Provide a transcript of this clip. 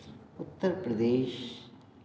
Uttar Pradesh